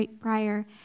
prior